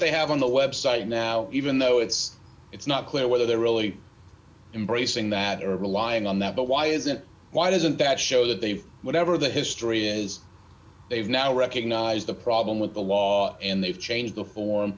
they have on the website now even though it's it's not clear whether they're really embracing that relying on that but why is it why doesn't that show that they've whatever the history is they've now recognised the problem with the law and they've changed the for